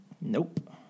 Nope